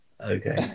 Okay